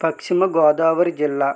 పశ్చిమగోదావరి జిల్లా